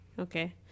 Okay